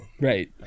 Right